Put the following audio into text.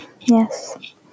yes